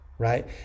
Right